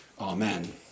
Amen